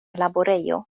laborejo